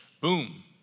Boom